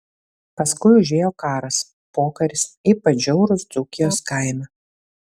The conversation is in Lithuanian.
paskui užėjo karas pokaris ypač žiaurūs dzūkijos kaime